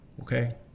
Okay